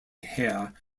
hare